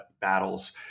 battles